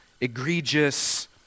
egregious